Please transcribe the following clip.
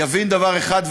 יבין דבר אחד,